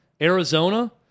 Arizona